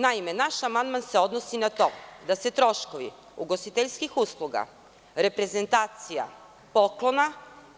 Naime, naš amandman se odnosi na to da se troškovi ugostiteljskim uslugama, reprezentacija, poklona,